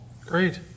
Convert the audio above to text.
Great